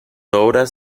obras